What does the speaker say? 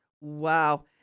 Wow